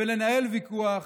ולנהל ויכוח,